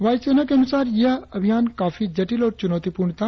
वायुसेना के अनुसार यह अभियान काफी जटिल और चुनौतीपूर्ण था